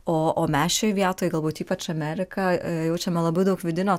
o o mes šioj vietoj galbūt ypač amerika jaučiame labai daug vidinio